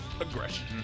Aggression